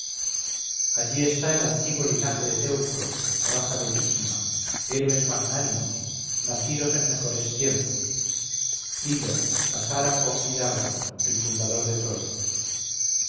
allí está el antiguo linaje de teucro raza bellísima héroes magnánimos nacidos en mejores tiempos ilo asáraco y dárdano el fundador de troya